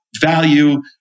value